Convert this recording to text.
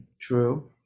true